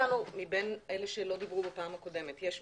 מבין אלה שלא דיברו בפעם הקודמת יש מישהו?